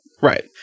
Right